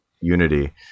Unity